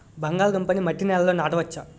బంగాళదుంప నీ మట్టి నేలల్లో నాట వచ్చా?